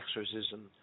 exorcism